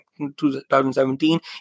2017